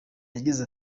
yagize